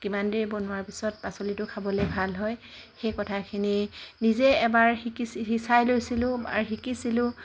কিমান দেৰি বনোৱাৰ পিছত পাচলিটো খাবলৈ ভাল হয় সেই কথাখিনি নিজে এবাৰ শিকিচি চাই লৈছিলোঁ আৰু শিকিছিলোঁ